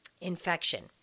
infection